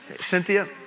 Cynthia